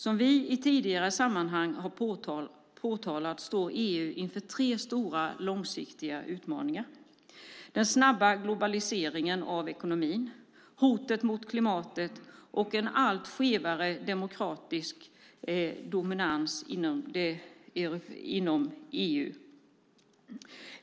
Som vi i tidigare sammanhang har påtalat står EU inför tre stora, långsiktiga utmaningar - den snabba globaliseringen av ekonomin, hotet mot klimatet och en allt skevare demokratisk dominans inom EU.